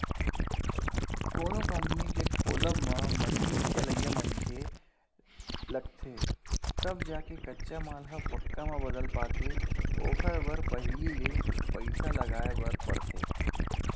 कोनो कंपनी के खोलब म मसीन चलइया मनखे लगथे तब जाके कच्चा माल ह पक्का म बदल पाथे ओखर बर पहिली ले पइसा लगाय बर परथे